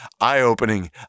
eye-opening